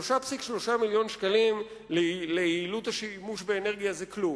3.3 מיליוני שקלים ליעילות השימוש באנרגיה זה כלום,